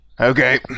okay